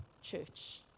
church